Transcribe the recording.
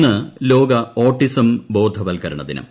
ഇന്ന് ലോക ഓട്ടിസം ബോധവൽക്കരണ ദിനം